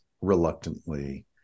reluctantly